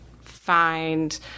find